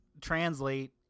translate